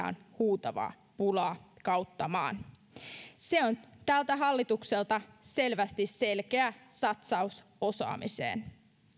on huutava pula kautta maan se on tältä hallitukselta selvästi selkeä satsaus osaamiseen